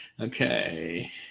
Okay